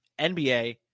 NBA